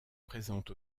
présente